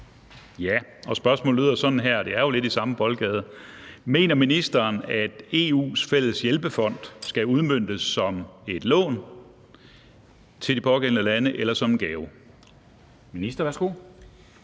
(DF): Spørgsmålet lyder sådan her – det er jo lidt i samme boldgade: Mener ministeren, at EU’s fælleshjælpefond skal udmøntes som et lån til de pågældende lande eller som en gave? Kl.